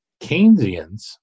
Keynesians